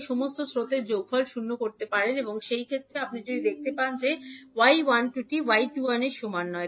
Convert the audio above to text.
তাই সমস্ত স্রোতের যোগফল 0 হয় এখন এই ক্ষেত্রে যদি আপনি দেখতে পান যে y12 টি y 21 এর সমান নয়